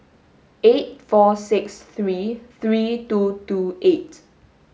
eight four six three three two two eight